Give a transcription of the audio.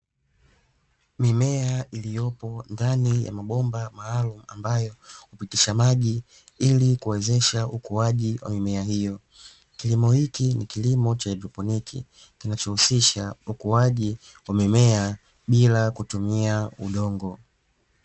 Mimea iliyopo ndani ya mabomba maalumu ambayo hupitisha maji ili kuwezesha ukuaji wa mimea hiyo. Kilimo hiki ni kilimo cha haudroponi kinachohusisha ukuaji umemea bila kutumia udongo.